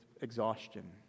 exhaustion